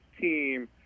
team